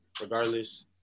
regardless